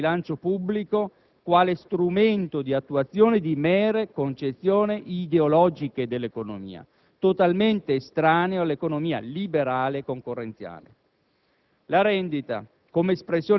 con una interpretazione della funzione del bilancio pubblico come strumento di attuazione di mere concezioni ideologiche dell'economia, totalmente estraneo all'economia liberale e concorrenziale.